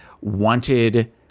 wanted –